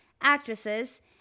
actresses